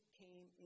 came